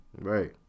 Right